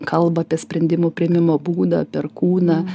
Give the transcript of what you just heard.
kalba apie sprendimų priėmimo būdą per kūną